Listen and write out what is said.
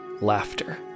laughter